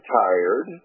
tired